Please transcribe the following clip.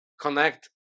connect